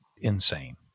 insane